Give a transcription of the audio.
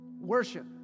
worship